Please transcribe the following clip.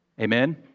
Amen